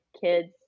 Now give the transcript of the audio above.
kids